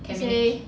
she say